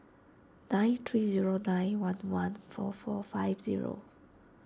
nine three zero nine one one four four five zero